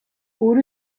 oer